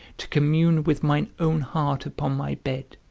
to commune with mine own heart upon my bed,